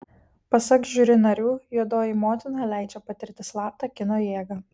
pasak žiuri narių juodoji motina leidžia patirti slaptą kino jėgą